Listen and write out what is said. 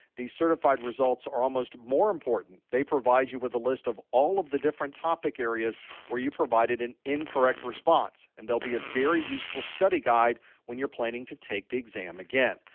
these certified results are almost more important. they provide you with a list of all of the different topic areas where you provided an incorrect response, and they'll be a very useful study guide when you're planning to take the exam again.